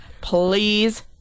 Please